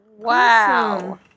Wow